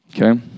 Okay